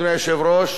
אדוני היושב-ראש,